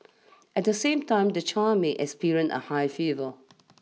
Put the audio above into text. at the same time the child may experience a high fever